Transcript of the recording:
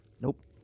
Nope